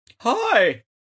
Hi